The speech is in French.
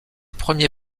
premier